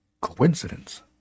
coincidence